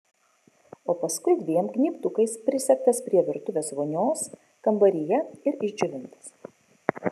o paskui dviem gnybtukais prisegtas prie virtuvės vonios kambaryje ir išdžiovintas